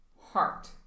heart